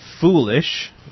foolish